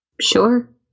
Sure